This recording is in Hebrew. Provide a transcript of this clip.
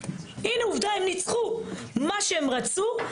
הנה, הם ניצחו, הם השיגו את מה שהם רצו.